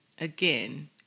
again